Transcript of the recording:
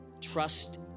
Trust